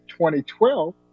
2012